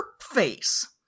face